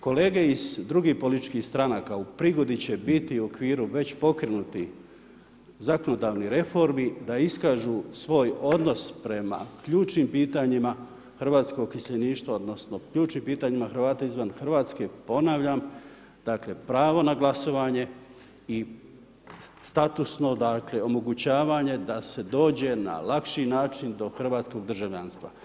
Kolege iz drugih političkih stranaka u prigodi će biti u okviru već pokrenutih zakonodavnih reformi da iskažu svoj odnos prema ključnim pitanjima, hrvatskog iseljeništva, odnosno ključnim pitanjima Hrvata izvan Hrvatske, ponavljam, dakle pravo na glasovanje i statusno dakle omogućavanje da se dođe na lakši način do hrvatskog državljanstva.